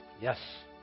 Yes